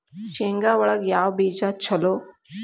ಶೇಂಗಾ ಒಳಗ ಯಾವ ಬೇಜ ಛಲೋ?